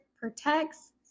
protects